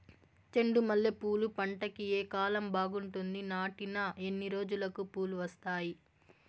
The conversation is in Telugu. చెండు మల్లె పూలు పంట కి ఏ కాలం బాగుంటుంది నాటిన ఎన్ని రోజులకు పూలు వస్తాయి